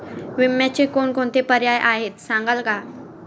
विम्याचे कोणकोणते पर्याय आहेत सांगाल का?